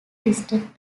listed